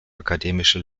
akademische